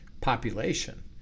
population